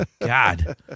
god